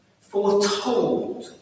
foretold